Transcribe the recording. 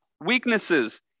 weaknesses